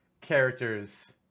characters